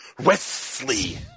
Wesley